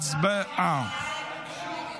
הצבעה.